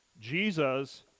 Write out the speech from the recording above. Jesus